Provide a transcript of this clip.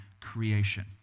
creation